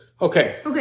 Okay